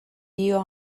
dio